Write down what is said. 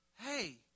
hey